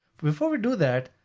before we do that,